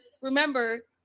remember